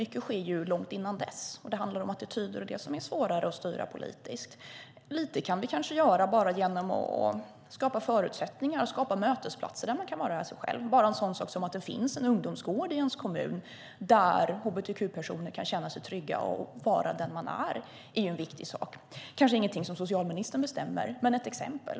Mycket sker långt innan dess. Det handlar om attityder och sådant som är svårare att styra politiskt. En del kan vi kanske göra bara genom att skapa mötesplatser där man kan vara sig själv. Att det finns en ungdomsgård i ens kommun där hbtq-personer kan känna sig trygga och vara sig själva är viktigt. Det kanske inte är något som socialministern bestämmer, men det är ett exempel.